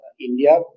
India